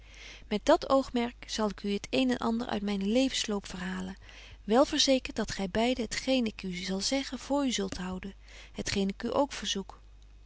met dat oogmerk zal ik u het een en ander uit mynen levens loop verhalen wel verzekert dat gy beide het geen ik u zal zeggen voor u zult houden het geen ik u ook verzoek